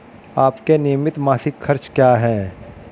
आपके नियमित मासिक खर्च क्या हैं?